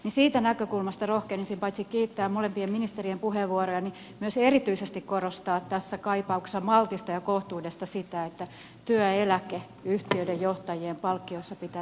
siitä näkökulmasta rohkenisin paitsi kiittää molempia ministereitä puheenvuoroista myös erityisesti korostaa tässä kaipauksessa maltista ja kohtuudesta sitä että työeläkeyhtiöiden johtajien palkkioissa pitää tämän saman asian tulla esiin